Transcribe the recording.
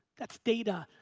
that's data.